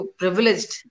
privileged